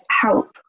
help